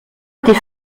était